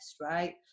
right